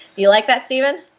you like that steven?